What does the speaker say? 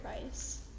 price